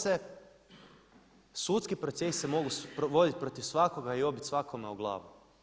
Sudski proces se može voditi protiv svakoga i obit svakome o glavu.